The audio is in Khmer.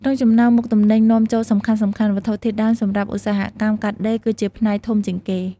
ក្នុងចំណោមមុខទំនិញនាំចូលសំខាន់ៗ វត្ថុធាតុដើមសម្រាប់ឧស្សាហកម្មកាត់ដេរ គឺជាផ្នែកធំជាងគេ។